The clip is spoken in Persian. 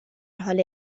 حال